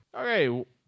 Okay